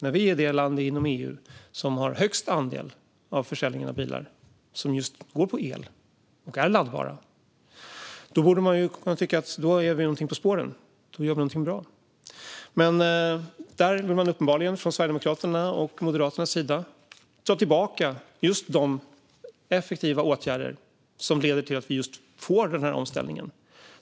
När vi är det land inom EU som har störst andel laddbara elbilar av de bilar som säljs borde det kunna anses att vi är någonting på spåren och gör någonting bra. Men från Sverigedemokraternas och Moderaternas sida vill man uppenbarligen dra tillbaka just de effektiva åtgärder som leder till att vi får den här omställningen.